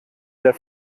der